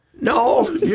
No